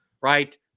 Right